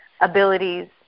abilities